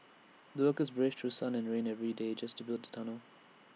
the workers braved through sun and rain every day just to build the tunnel